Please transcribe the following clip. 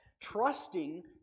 trusting